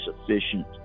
sufficient